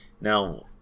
Now